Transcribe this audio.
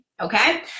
Okay